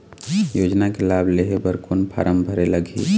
योजना के लाभ लेहे बर कोन फार्म भरे लगही?